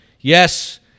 Yes